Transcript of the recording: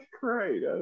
great